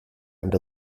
and